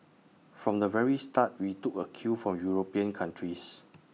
from the very start we took A cue from european countries